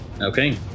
Okay